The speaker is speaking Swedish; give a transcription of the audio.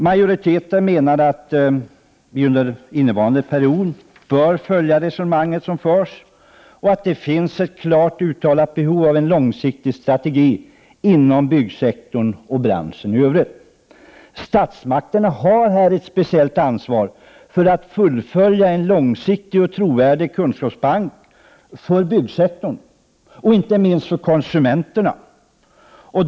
Majoriteten menar att vi under innevarande period bör följa det resonemang som förs och att det finns ett klart uttalat behov av en långsiktig strategi inom byggsektorn och branschen i övrigt. Statsmakterna har här ett speciellt ansvar för att fullfölja en långsiktig och trovärdig kunskapsbank för byggsektorn och inte minst för konsumenterna.